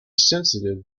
sensitive